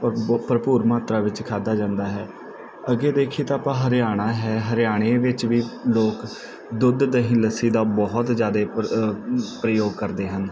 ਭਰ ਬਹੁਤ ਭਰਪੂਰ ਮਾਤਰਾ ਵਿੱਚ ਖਾਧਾ ਜਾਂਦਾ ਹੈ ਅੱਗੇ ਦੇਖੀਏ ਤਾਂ ਆਪਾਂ ਹਰਿਆਣਾ ਹੈ ਹਰਿਆਣੇ ਵਿੱਚ ਵੀ ਲੋਕ ਦੁੱਧ ਦਹੀ ਲੱਸੀ ਦਾ ਬਹੁਤ ਜ਼ਿਆਦਾ ਅ ਪ੍ਰਯੋਗ ਕਰਦੇ ਹਨ